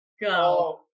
go